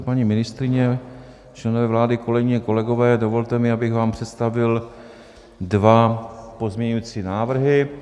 Paní ministryně, členové vlády, kolegyně a kolegové, dovolte mi, abych vám představil dva pozměňovací návrhy.